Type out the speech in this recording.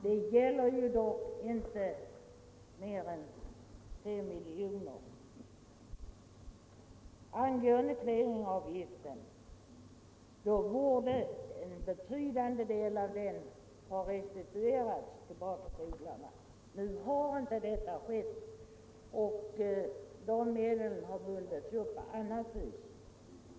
Det gäller dock inte mer än fem miljoner kronor. En betydande del av clearingavgiften borde ha restituerats till odlarna. Nu har inte detta skett, och medlen har bundits upp på annat vis.